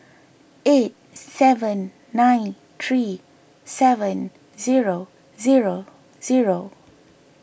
eight seven nine three seven zero zero zero